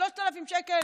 3,000 שקל,